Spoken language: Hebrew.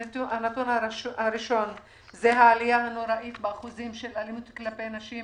הנתון הראשון הוא העלייה הנוראית באחוזים של אלימות כלפי נשים